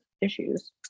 issues